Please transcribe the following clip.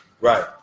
Right